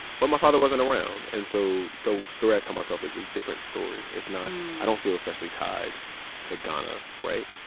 but my father wasn't around, and so the story i tell myself is a different story. it's not i don't feel especially tied to ghana, right?